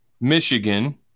Michigan